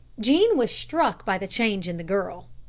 jean was struck by the change in the girl.